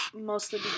mostly